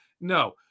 No